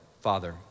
Father